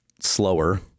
slower